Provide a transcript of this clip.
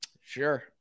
Sure